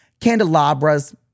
Candelabras